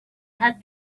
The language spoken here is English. had